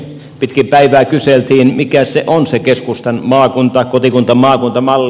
pitkin päivää kyseltiin mikä se on se keskustan kotikuntamaakunta malli